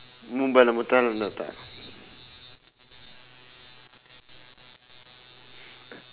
mm be~ betul betul